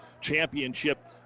championship